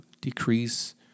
decrease